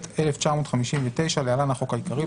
התשי"ט-1959 (להלן - החוק העיקרי),